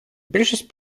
більшість